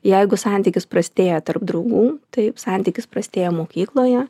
jeigu santykis prastėja tarp draugų taip santykis prastėja mokykloje